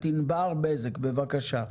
ענבר בזק, בבקשה.